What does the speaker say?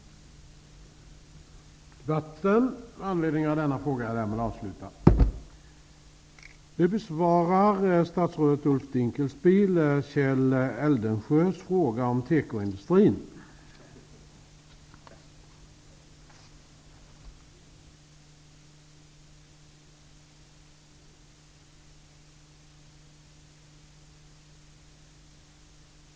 Detta tror jag inte att biståndsministern är okunnig om.